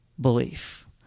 belief